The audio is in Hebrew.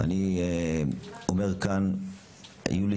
אני אומר כאן שבתקופה האחרונה היו לי